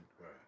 Right